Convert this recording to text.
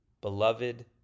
beloved